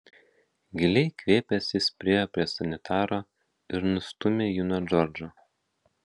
giliai įkvėpęs jis priėjo prie sanitaro ir nustūmė jį nuo džordžo